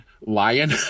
lion